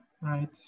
right